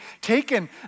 taken